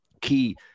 key